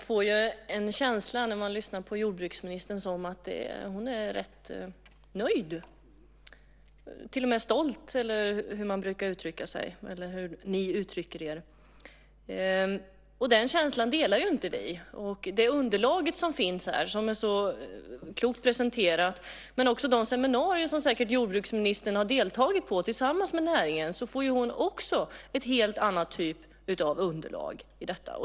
Fru talman! När man lyssnar på jordbruksministern får man en känsla av att hon är rätt nöjd, till och med stolt, eller hur ni nu uttrycker er. Den känslan delar inte vi. Men det underlag som finns här så klokt presenterat och de seminarier som jordbruksministern säkert har deltagit i tillsammans med näringen ger henne underlag för någonting helt annat.